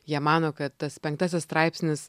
jie mano kad tas penktasis straipsnis